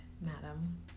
madam